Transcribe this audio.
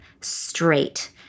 straight